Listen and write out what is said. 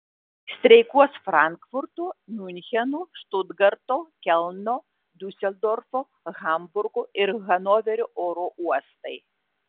streikuos frankfurto miuncheno štutgarto kelno diuseldorfo hamburgo ir hanoverio oro uostai